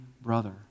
brother